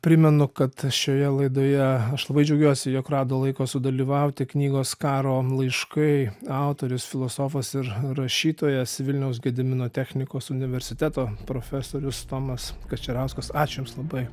primenu kad šioje laidoje aš labai džiaugiuosi jog rado laiko sudalyvauti knygos karo laiškai autorius filosofas ir rašytojas vilniaus gedimino technikos universiteto profesorius tomas kačerauskas ačiū jums labai